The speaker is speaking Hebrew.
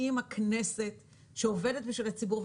האם הכנסת שעובדת בשביל הציבור,